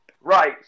Right